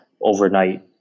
overnight